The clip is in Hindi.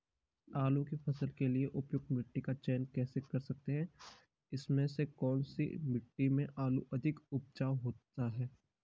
आलू की फसल के लिए उपयुक्त मिट्टी का चयन कैसे कर सकते हैं इसमें से कौन सी मिट्टी में आलू अधिक उपजाऊ होता है?